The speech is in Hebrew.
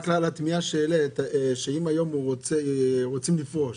רק על התמיהה שהעלית, אם היום רוצים לפרוש,